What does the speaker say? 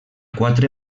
quatre